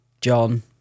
John